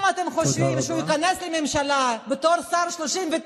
אם אתם חושבים שהוא ייכנס לממשלה בתור השר ה-39